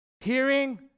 Hearing